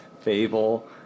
fable